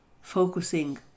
focusing